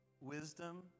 wisdom